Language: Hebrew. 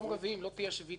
אם לא תהיה שביתה מה,